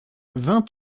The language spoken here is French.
vingt